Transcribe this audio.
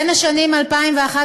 בשנים 2011